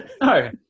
No